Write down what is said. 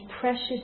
precious